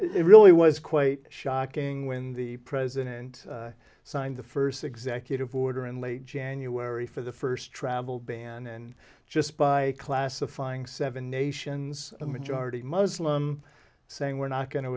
it really was quite shocking when the president signed the first executive order in late january for the first travel ban and just by classifying seven nations a majority muslim saying we're not going to